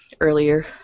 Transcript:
earlier